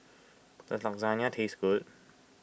does Lasagna taste good